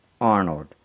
Arnold